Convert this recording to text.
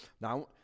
Now